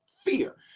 Fear